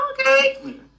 okay